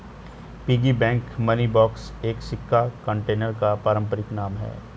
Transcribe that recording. piggy bank money box एक सिक्का container का पारंपरिक नाम है